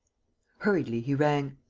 hurriedly he rang.